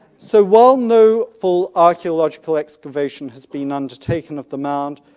so while no full archaeological excavation has been undertaken of the mound,